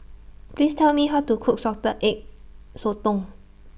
Please Tell Me How to Cook Salted Egg Sotong